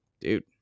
dude